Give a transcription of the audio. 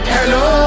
Hello